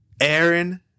Aaron